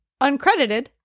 uncredited